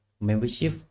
membership